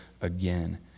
again